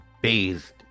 bathed